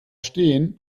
steen